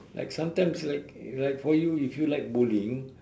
like sometimes like like for you if you like bowling